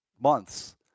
months